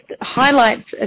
highlights